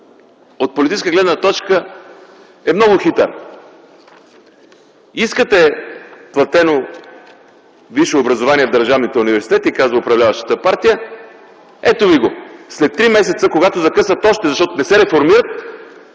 от политическа гледна точка, е много хитър. Искате платено висше образование в държавните университети – каза управляващата партия – ето ви го. След три месеца, когато закъсат още, защото не се реформират,